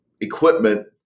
equipment